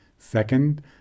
Second